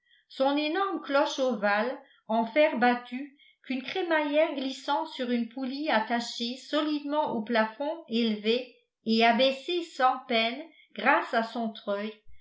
son énorme cloche ovale en fer battu qu'une crémaillère glissant sur une poulie attachée solidement au plafond élevait et abaissait sans peine grâce à son treuil